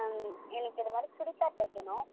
எனக்கு இதுமாதிரி சுடிதார் தைக்கணும்